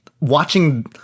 watching